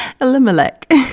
Elimelech